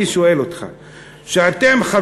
ואתם,